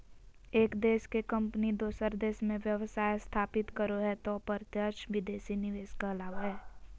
एक देश के कम्पनी दोसर देश मे व्यवसाय स्थापित करो हय तौ प्रत्यक्ष विदेशी निवेश कहलावय हय